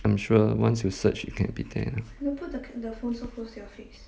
I'm sure once you search you can be there ah